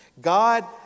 God